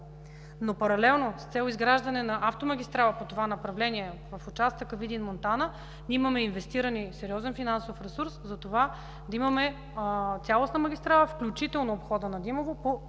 Но паралелно с цел изграждане на автомагистрала по това направление в участъка Видин – Монтана, имаме инвестиран сериозен финансов ресурс за това да имаме цялостна магистрала, включително обхода на Димово, по